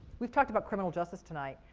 we've talked about criminal justice tonight.